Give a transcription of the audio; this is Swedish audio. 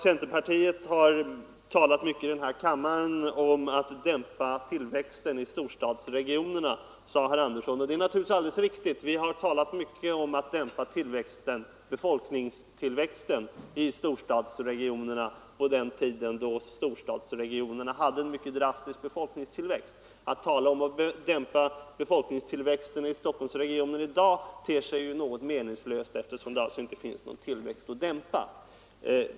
Centern har i denna kammare talat mycket om att dämpa tillväxten i storstadsregionerna, sade herr Andersson i Stockholm. Det är naturligtvis alldeles riktigt. Vi talade mycket om att dämpa tillväxten — befolkningstillväxten — i storstadsregionerna på den tiden då storstadsregionerna hade en mycket drastisk befolkningstillväxt. Att i dag tala om att dämpa befolkningstillväxten i Stockholmsregionen ter sig meningslöst, eftersom det nu inte finns någon tillväxt att dämpa.